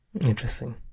Interesting